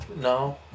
No